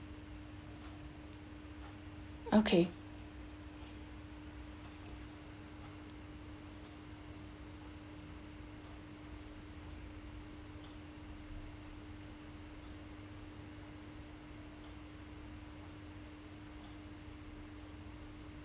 okay